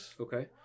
Okay